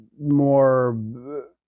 more